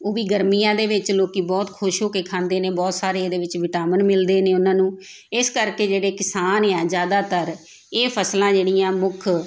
ਉਹ ਵੀ ਗਰਮੀਆਂ ਦੇ ਵਿੱਚ ਲੋਕੀਂ ਬਹੁਤ ਖੁਸ਼ ਹੋ ਕੇ ਖਾਂਦੇ ਨੇ ਬਹੁਤ ਸਾਰੇ ਇਹਦੇ ਵਿੱਚ ਵਿਟਾਮਿਨ ਮਿਲਦੇ ਨੇ ਉਹਨਾਂ ਨੂੰ ਇਸ ਕਰਕੇ ਜਿਹੜੇ ਕਿਸਾਨ ਆ ਜ਼ਿਆਦਾਤਰ ਇਹ ਫ਼ਸਲਾਂ ਜਿਹੜੀਆਂ ਮੁੱਖ